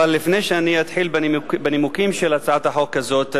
אבל לפני שאני אתחיל בנימוקים של הצעת החוק הזאת,